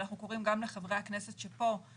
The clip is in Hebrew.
אנחנו קוראים גם לחברי הכנסת פה לפנות